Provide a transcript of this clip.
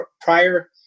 prior